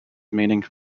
meaning